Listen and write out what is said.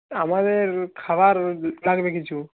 আমাদের খাবার লাগবে কিছু